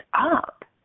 up